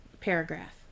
paragraph